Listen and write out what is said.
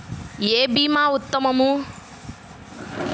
ఏ భీమా ఉత్తమము?